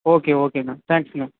okay ஓகேங்க தேங்க்ஸ்ங்க